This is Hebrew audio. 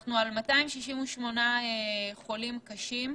אנחנו על 268 חולים קשים,